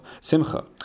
simcha